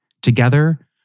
Together